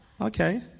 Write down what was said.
Okay